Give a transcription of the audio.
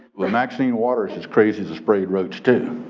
but maxine waters is crazy as a sprayed roach too.